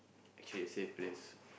actually a safe place